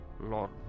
Lord